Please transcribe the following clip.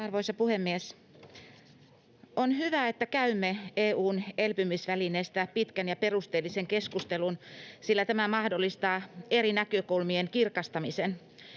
Arvoisa puhemies! On hyvä, että käymme EU:n elpymisvälineestä pitkän ja perusteellisen keskustelun, sillä tämä mahdollistaa eri näkökulmien kirkastamisen.